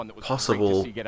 possible